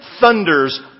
thunders